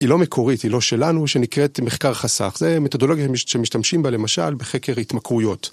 היא לא מקורית, היא לא שלנו, שנקראת מחקר חסך. זה מתודולוגיה שמשתמשים בה, למשל, בחקר התמכרויות.